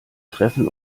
treffen